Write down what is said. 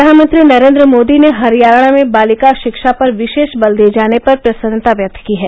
प्रधानमंत्री नरेन्द्र मोदी ने हरियाणा में बालिका शिक्षा पर विशेष बल दिए जाने पर प्रसन्नता व्यक्त की है